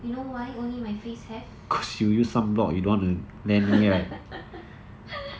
you know why only my face have